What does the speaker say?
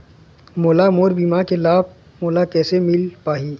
मोला मोर बीमा के लाभ मोला किसे मिल पाही?